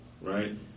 right